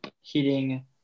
heating